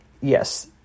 yes